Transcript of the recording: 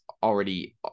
already